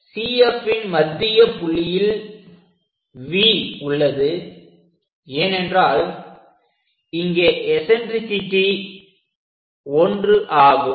CFன் மத்திய புள்ளியில் V உள்ளது ஏனென்றால் இங்கே எஸன்ட்ரிசிட்டி 1 ஆகும்